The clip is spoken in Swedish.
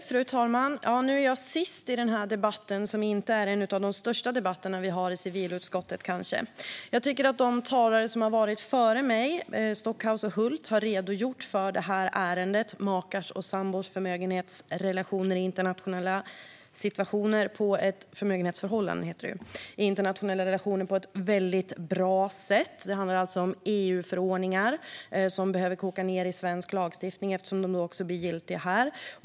Fru talman! Nu är jag sist i den här debatten, som kanske inte är någon av de största debatter vi har i civilutskottet. Jag tycker att de tidigare talarna Stockhaus och Hult har redogjort för ärendet, Makars och sambors förmögenhetsförhållanden i internationella situationer , på ett väldigt bra sätt. Det handlar alltså om EU-förordningar som behöver koka ned i svensk lagstiftning eftersom de då också blir giltiga här.